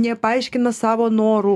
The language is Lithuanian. nepaaiškina savo norų